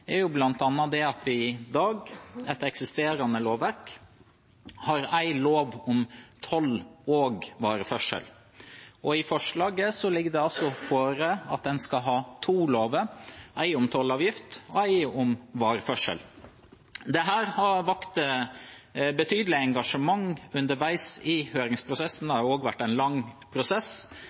er bl.a. at vi i dag, etter eksisterende lovverk, har én lov om toll og vareførsel. I forslaget ligger det inne at vi skal ha to lover: én om tollavgift og én om vareførsel. Dette har vakt betydelig engasjement underveis i høringsprosessen. Det har også vært en lang prosess.